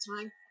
time